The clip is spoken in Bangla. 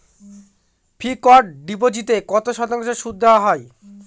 ফিক্সড ডিপোজিটে কত শতাংশ সুদ দেওয়া হয়?